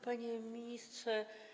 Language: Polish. Panie Ministrze!